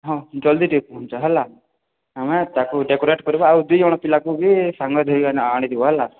ହଁ ଜଲଦି ଟିକେ ପହଞ୍ଚ ହେଲା ଆମେ ତାକୁ ଡେକୋରେଟ୍ କରିବା ଆଉ ଦୁଇଜଣ ପିଲାକୁ ବି ସାଙ୍ଗରେ ଧରିକି ଆଣିଥିବ ହେଲା